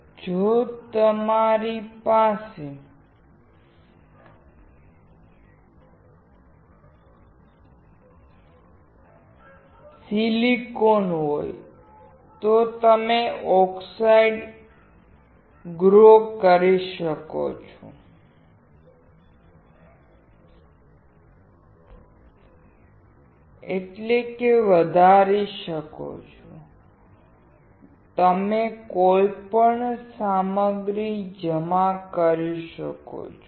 હવે જો તમારી પાસે સિલિકોન હોય તો તમે ઓક્સાઇડ વધવું શકો છો તમે કોઈપણ સામગ્રી જમા કરી શકો છો